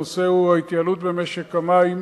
הנושא הוא ההתייעלות במשק המים